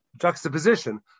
juxtaposition